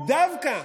דווקא,